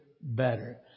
better